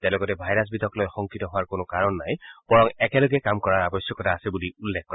তেওঁ লগতে ভাইৰাছ বিধক লৈ শংকিত হোৱাৰ কোনো কাৰণ নাই বৰং একেলগে কাম কৰাৰ আবশ্যকতা আছে বুলি উল্লেখ কৰে